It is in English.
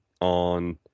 on